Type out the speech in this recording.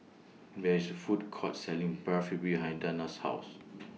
There IS A Food Court Selling Barfi behind Dana's House